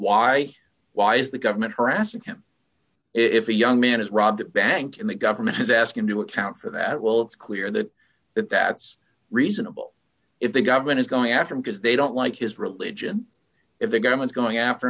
why why is the government harassing him if a young man has robbed a bank in the government has asked him to account for that well it's clear that it that it's reasonable if the government is going after him because they don't like his religion if the government's going after